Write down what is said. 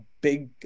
big